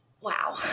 wow